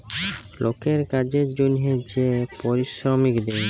লকের কাজের জনহে যে পারিশ্রমিক দেয়